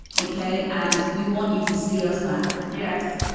okay. and we want you to see us back. yes.